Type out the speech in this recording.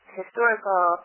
historical